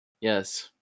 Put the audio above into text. yes